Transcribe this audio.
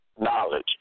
knowledge